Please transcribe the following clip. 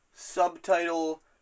Subtitle